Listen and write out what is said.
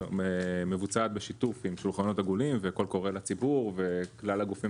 מבוצעת בשיתוף עם שולחנות עגולים וקול קורא לציבור וכלל הגופים